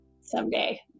someday